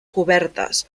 cobertes